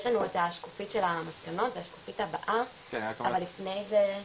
את השקופית של המסקנות, אבל לפני זה,